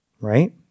Right